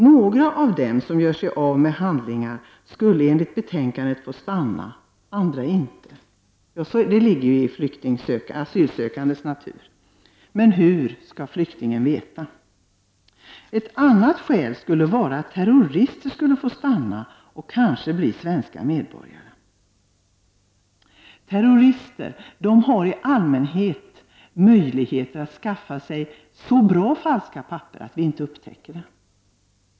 Några av dem som gör sig av med sina handlingar skulle enligt betänkandet få stanna, andra inte. Det ligger i asylsökandets natur. Men hur skall flyktingen veta vad som gäller? Ett annat skäl är att annars kanske terrorister skulle få stanna och even tuellt bli svenska medborgare. Terrorister har i allmänhet möjlighet att skaffa sig så skickligt förfalskade papper att de inte upptäcks.